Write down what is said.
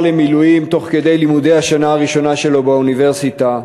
למילואים תוך כדי לימודי השנה הראשונה שלו באוניברסיטה,